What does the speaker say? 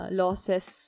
losses